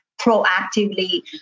proactively